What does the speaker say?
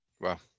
Wow